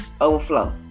overflow